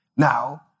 Now